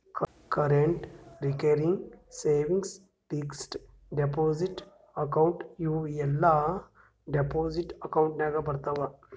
current, recurring, savings, fixed deposit account ಇವೂ ಎಲ್ಲಾ deposit account ನಾಗ್ ಬರ್ತಾವ್